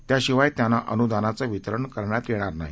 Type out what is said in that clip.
त्याशिवायत्यांनाअनुदानाचेवितरणकरण्यातयेणारनाही